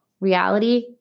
Reality